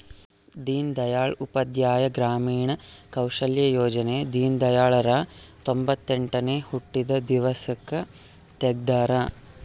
ದೀನ್ ದಯಾಳ್ ಉಪಾಧ್ಯಾಯ ಗ್ರಾಮೀಣ ಕೌಶಲ್ಯ ಯೋಜನೆ ದೀನ್ದಯಾಳ್ ರ ತೊಂಬೊತ್ತೆಂಟನೇ ಹುಟ್ಟಿದ ದಿವ್ಸಕ್ ತೆಗ್ದರ